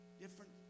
different